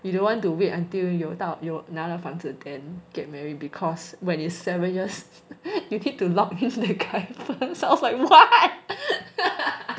you don't want to wait until you 到拿到房子 then get married because when it's seven years you need to lock in the guy first I was like what